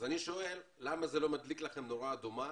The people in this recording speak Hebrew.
אני שואל למה לזה לא מדליק לכם נורה אדומה